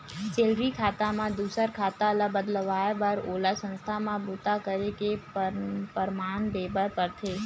salary खाता म दूसर खाता ल बदलवाए बर ओला संस्था म बूता करे के परमान देबर परथे